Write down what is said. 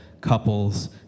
couples